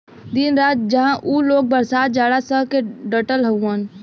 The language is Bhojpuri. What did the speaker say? दिन रात उहां उ लोग बरसात जाड़ा सह के डटल हउवन